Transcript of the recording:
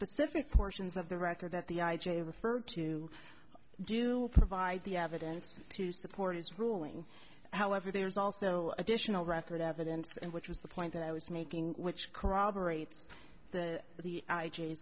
specific portions of the record that the i j a referred to do provide the evidence to support his ruling however there's also additional record evidence and which was the point that i was making which corroborates that the